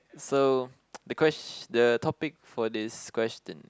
so the quest the topic for this question